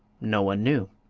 no one knew.